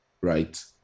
right